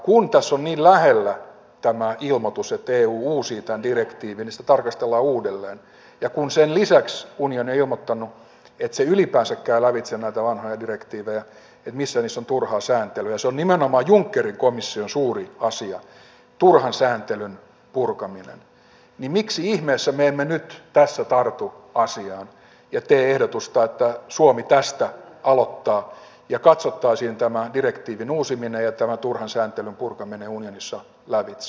kun tässä on niin lähellä tämä ilmoitus että eu uusii tämän direktiivin niin sitä tarkastellaan uudelleen ja kun sen lisäksi unioni on ilmoittanut että se ylipäänsä käy lävitse näitä vanhoja direktiivejä missä niissä on turhaa sääntelyä se on nimenomaan junckerin komission suuri asia turhan sääntelyn purkaminen niin miksi ihmeessä me emme nyt tässä tartu asiaan ja tee ehdotusta että suomi tästä aloittaa ja katsottaisiin tämä direktiivin uusiminen ja tämän turhan sääntelyn purkaminen unionissa lävitse